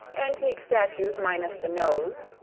antique statues minus the nose,